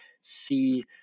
see